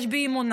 יש בי אמונה,